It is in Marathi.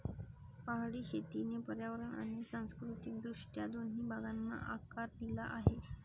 पहाडी शेतीने पर्यावरण आणि सांस्कृतिक दृष्ट्या दोन्ही भागांना आकार दिला आहे